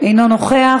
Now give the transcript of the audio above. אינו נוכח.